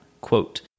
quote